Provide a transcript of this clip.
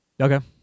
Okay